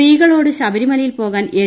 സ്ത്രീകളോട് ശബരിമലയിൽ പോകാൻ എൽ